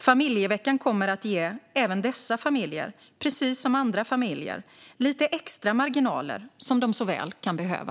Familjeveckan kommer att ge även dessa familjer, precis som andra familjer, lite extra marginaler, som de så väl kan behöva.